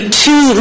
two